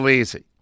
easy